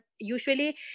usually